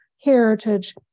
heritage